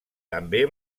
també